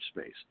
space